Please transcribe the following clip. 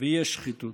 ויש שחיתות.